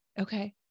Okay